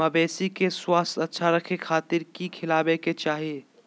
मवेसी के स्वास्थ्य अच्छा रखे खातिर की खिलावे के चाही?